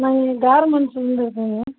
நாங்கள் இங்கே கார்மெண்ட்ஸ்லேருந்து பேசுகிறோங்க